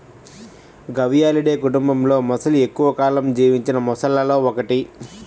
గవియాలిడే కుటుంబంలోమొసలి ఎక్కువ కాలం జీవించిన మొసళ్లలో ఒకటి